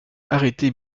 arrêtés